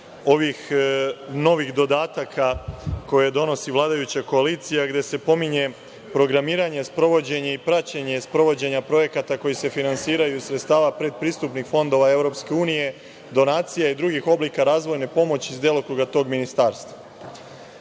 ovih novih dodataka koje donosi vladajuća koalicija, gde se pominje programiranje, sprovođenje i praćenje sprovođenja projekata koji se finansiraju iz sredstava predpristupnih fondova EU, donacija i drugih oblika razvojne pomoći iz delokruga tog ministarstva. Šta